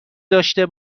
داشته